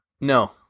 No